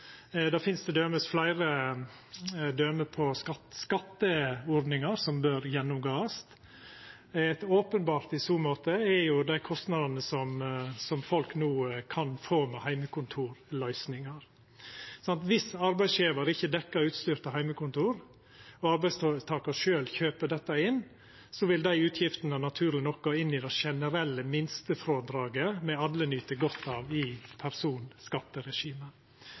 Det finst t.d. fleire døme på skatteordningar som bør gåast gjennom. Openbert i så måte er dei kostnadene folk no kan få med heimekontorløysingar. Om arbeidsgjevar ikkje dekkjer utstyr til heimekontor og arbeidstakar sjølv kjøper dette inn, vil dei utgiftene naturleg nok gå inn i det generelle minstefrådraget me alle nyt godt av i